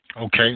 Okay